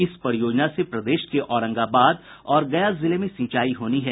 इस परियोजना से प्रदेश के औरंगाबाद और गया जिले में सिंचाई होनी है